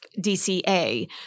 DCA